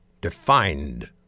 defined